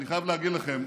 אני חייב להגיד לכם,